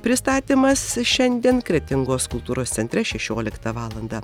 pristatymas šiandien kretingos kultūros centre šešioliktą valandą